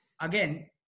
again